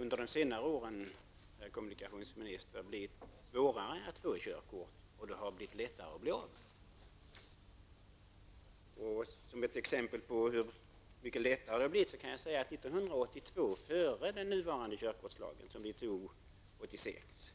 Under de senaste åren har det, herr kommunikationsminister, blivit svårare att få körkort och lättare att bli av med det. Som exempel på hur mycket lättare det har blivit kan jag nämna att det 1982, före införandet av den nuvarande körkortslagen 1986,